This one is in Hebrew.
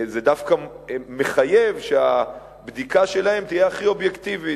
זה דווקא מחייב שהבדיקה שלהם תהיה הכי אובייקטיבית.